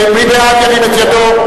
מי בעד, ירים את ידו.